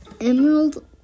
Emerald